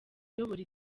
uyobora